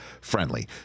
friendly